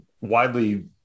widely